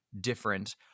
different